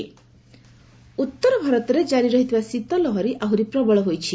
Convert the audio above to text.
coal wave ଉତ୍ତର ଭାରତରେ କାରି ରହିଥିବା ଶୀତ ଲହରୀ ଆହୁରି ପ୍ରବଳ ହୋଇଛି